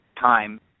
time